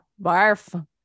Barf